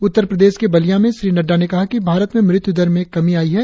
उत्तर प्रदेश के बलिया में कल श्री नड्डा ने कहा कि भारत में मृत्यु दर में कमी आयी है